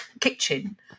kitchen